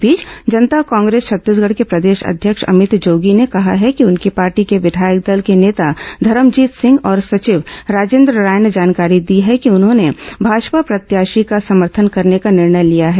इस बीच जनता कांग्रेस छत्तीसगढ़ के प्रदेश अध्यक्ष अमित जोगी ने कहा है कि उनकी पार्टी के विधायक दल के नेता धरमजीत सिंह और सचिव राजेन्द्र राय ने जानकारी दी है कि उन्होंने भाजपा प्रत्याशी का समर्थन करने का निर्णय लिया है